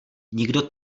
nikdo